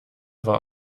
war